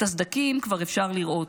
את הסדקים כבר אפשר לראות,